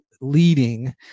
leading